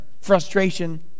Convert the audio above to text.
frustration